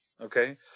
okay